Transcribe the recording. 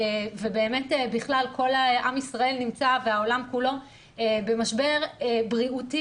ובאמת בכלל כל עם ישראל והעולם כולו נמצאים במשבר בריאותי